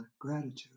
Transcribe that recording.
gratitude